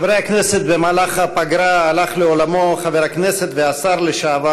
הכנסת מכבדים בקימה את זכרו של המנוח.) נא לשבת.